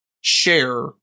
share